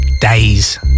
days